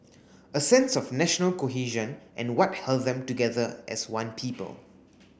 a sense of national cohesion and what held them together as one people